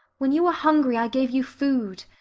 when you were hungry i gave you food.